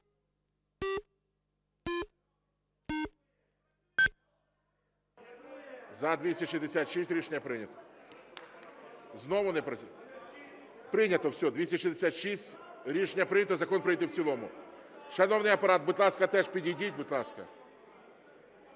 За-266 Рішення прийнято. Знову не працює? Прийнято, все. 266. Рішення прийнято. Закон прийнятий в цілому. Шановний Апарат, будь ласка, теж підійдіть, будь ласка.